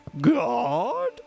God